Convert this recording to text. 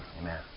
Amen